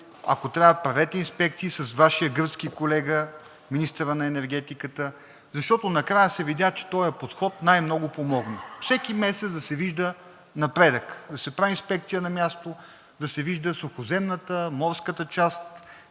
ако трябва правете инспекции с Вашия гръцки колега – министъра на енергетиката, защото накрая се видя, че този подход най-много помогна. Всеки месец да се вижда напредъкът, да се прави инспекция на място, да се виждат сухоземната, морската част